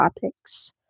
topics